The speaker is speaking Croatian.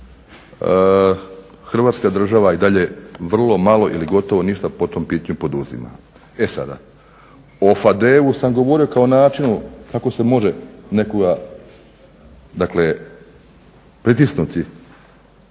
Hrvatska država i dalje vrlo malo ili gotovo ništa po tom pitanju poduzima. E sada, o Fadejevu sam govorio kao načinu kako se može nekoga dakle pritisnuti